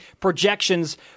projections